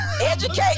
Educate